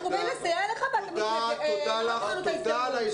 אנחנו באים לסייע לך ואתה לא נותן לנו את ההזדמנות.